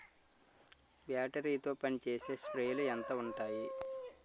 Battery తో పనిచేసే స్ప్రేలు ఎంత ఉంటాయి?